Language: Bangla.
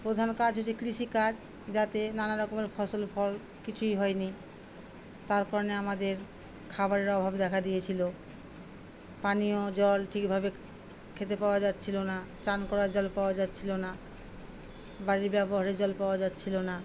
প্রধান কাজ হচ্ছে কৃষিকাজ যাতে নানা রকমের ফসল ফল কিছুই হয়নি তার কারণে আমাদের খাবারের অভাব দেখা দিয়েছিল পানীয় জল ঠিকভাবে খেতে পাওয়া যাচ্ছিল না চান করার জল পাওয়া যাচ্ছিল না বাড়ির ব্যবহারে জল পাওয়া যাচ্ছিল না